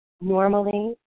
normally